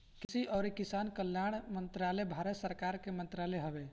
कृषि अउरी किसान कल्याण मंत्रालय भारत सरकार के मंत्रालय हवे